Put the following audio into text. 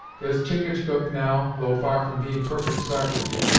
there's chingachgook, now, though far from being parfect sartainty,